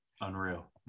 unreal